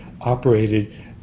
operated